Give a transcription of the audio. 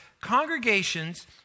Congregations